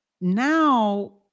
now